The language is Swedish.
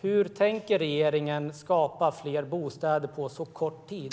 Hur tänker regeringen skapa fler bostäder på så kort tid?